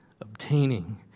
obtaining